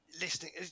Listening